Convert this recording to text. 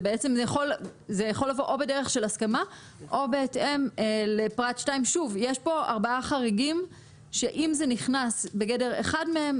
זה יכול לבוא או בדרך של הסכמה או בהתאם לפרט 2. יש פה ארבעה חריגים שאם זה נכנס בגדר אחד מהם,